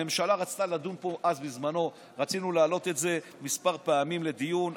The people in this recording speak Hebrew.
הממשלה רצתה להעלות את זה כמה פעמים לדיון,